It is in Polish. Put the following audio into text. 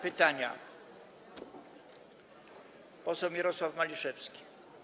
Pytanie zada poseł Mirosław Maliszewski.